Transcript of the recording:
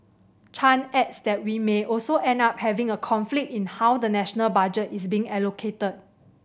Chan adds that we may also end up having a conflict in how the national budget is being allocated